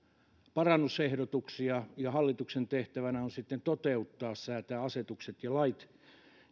parannusehdotuksia ja hallituksen tehtävänä on sitten toteuttaa säätää asetukset ja lait